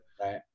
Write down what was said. right